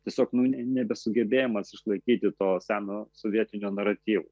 tiesiog nu ne nesugebėjimas išlaikyti to seno sovietinio naratyvo